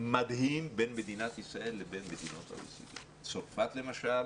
מדהים בין מדינת ישראל לבין מדינות ה- OECD. צרפת למשל,